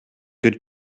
good